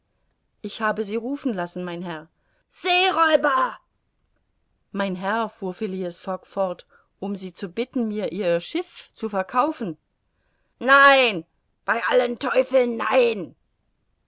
ich habe sie rufen lassen mein herr seeräuber mein herr fuhr phileas fogg fort um sie zu bitten mir ihr schiff zu verkaufen nein bei allen teufeln nein